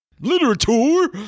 literature